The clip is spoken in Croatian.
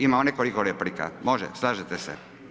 Imamo nekoliko replika, može, slažete se?